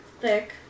thick